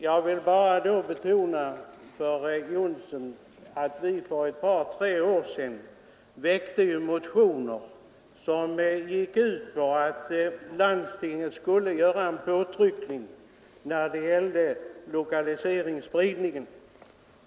Jag vill bara betona för herr Johnsson att vi för ett par tre år sedan väckte motioner som gick ut på att landstinget skulle göra en påtryckning i fråga om lokaliseringsspridningen.